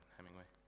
Hemingway